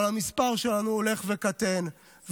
אבל המספר שלנו הולך וקטן,